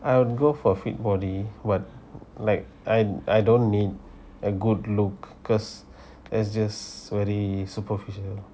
I would go for fit body what like I I don't need a good look cause that just very superficial